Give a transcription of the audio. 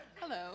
Hello